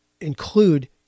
include